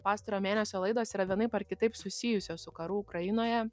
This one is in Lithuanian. pastarojo mėnesio laidos yra vienaip ar kitaip susijusios su karu ukrainoje